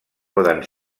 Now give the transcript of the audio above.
poden